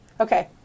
Okay